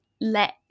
let